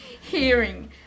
hearing